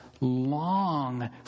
long